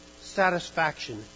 satisfaction